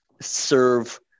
serve